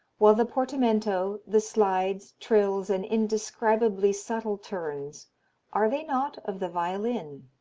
while the portamento, the slides, trills and indescribably subtle turns are they not of the violin?